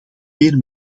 meer